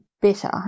better